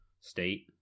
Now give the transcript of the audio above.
state